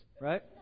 right